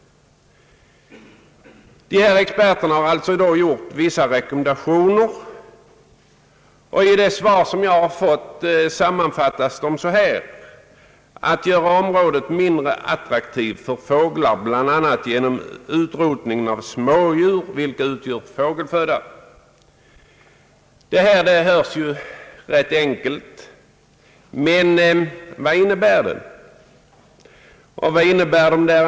Experterna har gjort vissa rekommendationer, och i det svar som jag har fått står att åtgärderna avser att göra »flygplatsområdet mindre attraktivt för fåglarna, bl.a. genom åtgärder för att minska antalet sorkar och andra smådjur som utgör föda för en del fåglar». Det låter ju rätt enkelt, men vad innebär det?